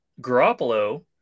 Garoppolo